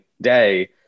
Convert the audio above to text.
day